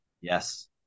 Yes